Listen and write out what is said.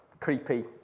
Creepy